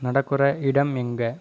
நடக்கிற இடம் எங்கே